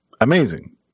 amazing